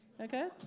Okay